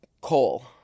coal